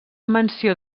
menció